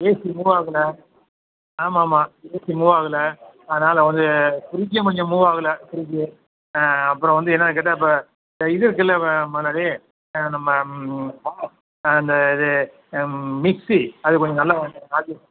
AC move ஆகலை ஆமாம் ஆமாம் ஏசி மூவ் ஆகலை அதனால் வந்து ஃப்ரிட்ஜும் கொஞ்சம் மூவ் ஆகலை ஃப்ரிட்ஜு ஆ அப்புறம் வந்து என்னன்னு கேட்டால் இப்போ இது இருக்கில்ல முதலாளி நம்ம அந்த இது மிக்ஸி அது கொஞ்சம் நல்லா மாற்றி